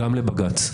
גם לבג"ץ.